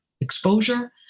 exposure